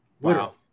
Wow